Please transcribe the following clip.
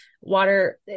water